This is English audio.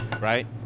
right